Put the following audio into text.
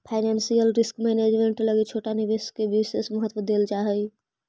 financial risk management लगी छोटा निवेश के विशेष महत्व देल जा हई